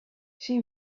she